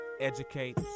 educate